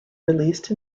released